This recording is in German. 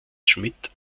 schmitt